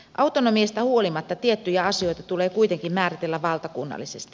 autonomiasta huolimatta tiettyjä asioita tulee kuitenkin määritellä valtakunnallisesti